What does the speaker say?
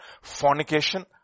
fornication